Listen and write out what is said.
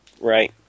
Right